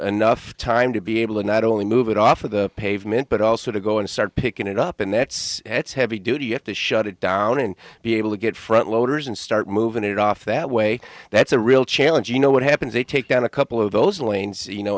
enough time to be able to not only move it off of the pavement but also to go and start picking it up and that's heavy duty you have to shut it down and be able to get front loaders and start moving it off that way that's a real challenge you know what happens they take down a couple of